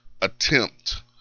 attempt